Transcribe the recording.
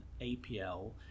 APL